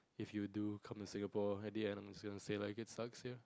if you do come in Singapore at the end you gonna say it is sucks here